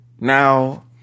Now